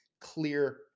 clear